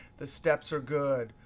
the steps are good.